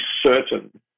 certain